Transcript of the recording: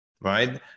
Right